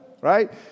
Right